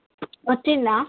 వచ్చిందా